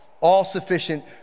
all-sufficient